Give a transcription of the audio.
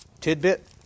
tidbit